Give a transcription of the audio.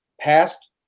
past